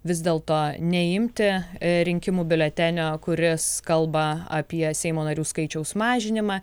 vis dėlto neimti rinkimų biuletenio kuris kalba apie seimo narių skaičiaus mažinimą